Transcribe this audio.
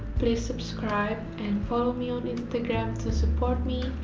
please subscribe and follow me on instagram to support me,